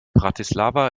bratislava